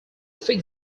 fix